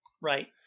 Right